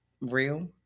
real